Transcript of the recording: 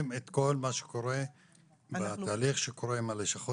את כל מה שקורה בתהליך שקורה עם הלשכות,